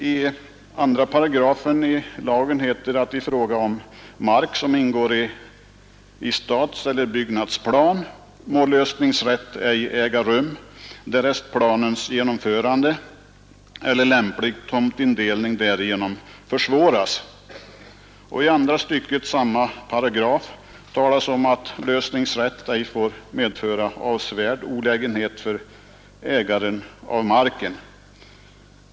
I 2 § tredje stycket ensittarlagen heter det: I andra stycket i samma paragraf sägs det att lösningsrätt ej får medföra avsevärd olägenhet för ägaren av marken.